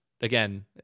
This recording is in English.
again